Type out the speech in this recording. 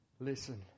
Listen